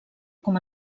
com